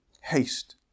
Haste